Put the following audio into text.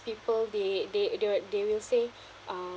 people they they they will they will say um